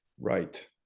right